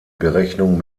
berechnung